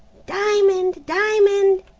diamond! diamond!